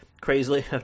crazily